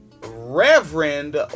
Reverend